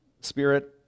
spirit